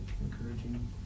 encouraging